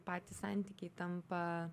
patys santykiai tampa